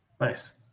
Nice